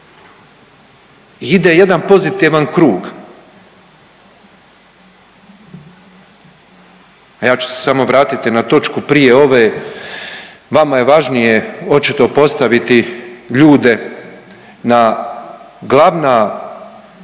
Ide jedan pozitivan krug. A ja ću se samo vratiti na točku prije ove, vama je važnije očito postaviti ljude na glavna